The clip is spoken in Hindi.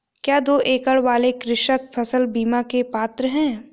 क्या दो एकड़ वाले कृषक फसल बीमा के पात्र हैं?